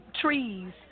Trees